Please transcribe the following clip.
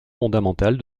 fondamentale